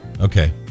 okay